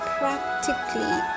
practically